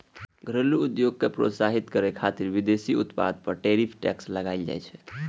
घरेलू उद्योग कें प्रोत्साहितो करै खातिर विदेशी उत्पाद पर टैरिफ टैक्स लगाएल जाइ छै